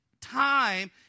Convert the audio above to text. time